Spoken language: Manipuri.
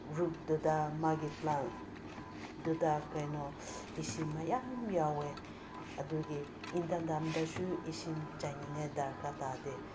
ꯔꯨꯠꯇꯨꯗ ꯃꯥꯒꯤ ꯄ꯭ꯂꯥꯟꯗꯨꯗ ꯀꯩꯅꯣ ꯏꯁꯤꯡ ꯃꯌꯥꯝ ꯌꯥꯎꯋꯦ ꯑꯗꯨꯒꯤ ꯏꯪꯊꯝꯊꯥꯗꯁꯨ ꯏꯁꯤꯡ ꯆꯥꯏꯅꯤꯡꯉꯥꯏ ꯗꯔꯀꯥꯔ ꯇꯥꯗꯦ